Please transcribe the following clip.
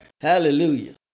Hallelujah